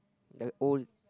the old